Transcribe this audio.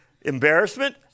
Embarrassment